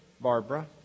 Barbara